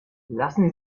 lassen